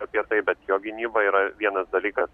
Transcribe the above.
apie tai bet jo gynyba yra vienas dalykas